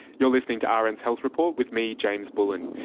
you're listening to ah rn's health report with me, james bullen.